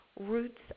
roots